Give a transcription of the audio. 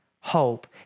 hope